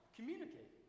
Communicate